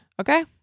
Okay